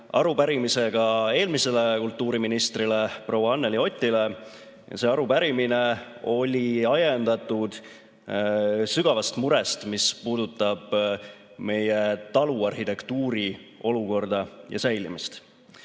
oli esitatud eelmisele kultuuriministrile proua Anneli Otile. See arupärimine oli ajendatud sügavast murest, mis puudutab meie taluarhitektuuri olukorda ja säilimist.